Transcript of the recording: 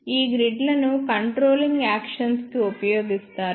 ఈ గ్రిడ్లను controlling actions కి ఉపయోగిస్తారు